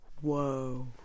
Whoa